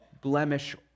blemish